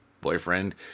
boyfriend